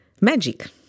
magic